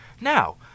Now